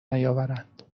نیاورند